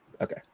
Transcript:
Okay